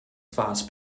farce